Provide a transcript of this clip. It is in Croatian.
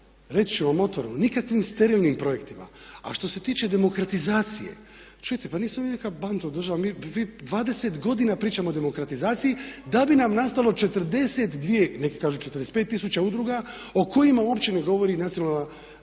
reći ću vam otvoreno, nikakvih sterilnim projektima. A što se tiče demokratizacije, čujte pa nismo mi neka …/Govornik se ne razumije./… mi 20 godina pričamo o demokratizaciji da bi nam nastalo 42, neki kažu 45 tisuća udruga u kojima uopće ne govori Nacionalna zaklada